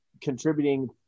contributing